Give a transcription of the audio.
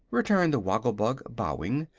returned the woggle-bug, bowing.